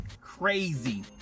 crazy